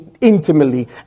intimately